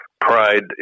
pride